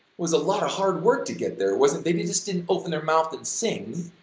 was a lot of hard work to get there, wasn't, they they just didn't open their mouth and sing,